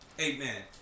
amen